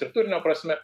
ir turinio prasme